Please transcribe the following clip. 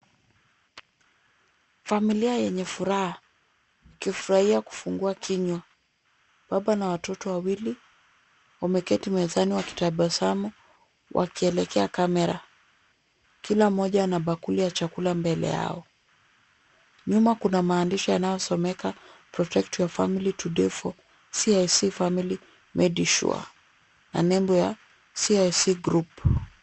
Familia yenye furaha. Wakifurahia kufungua kinywa. Baba na watoto wawili, wameketi mezani wakitabasamu wakielekea kamera. Kila mmoja ana bakuli ya chakula mbele yao. Nyuma kuna maandishi yanayosomeka: Protect your family today CIC family made sure . Na nembo ya CIC group.